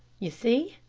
you see,